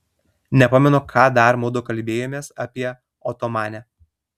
nepamenu ką dar mudu kalbėjomės apie otomanę